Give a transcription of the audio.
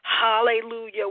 hallelujah